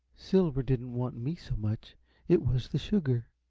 silver didn't want me so much it was the sugar.